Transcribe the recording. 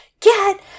get